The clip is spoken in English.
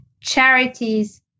charities